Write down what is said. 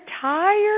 tired